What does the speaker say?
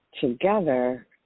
together